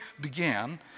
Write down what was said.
began